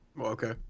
Okay